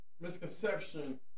misconception